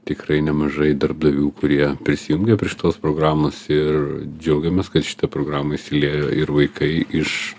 tikrai nemažai darbdavių kurie prisijungia prie šitos programos ir džiaugiamės kad šitą programą įsiliejo ir vaikai iš